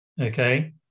Okay